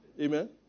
Amen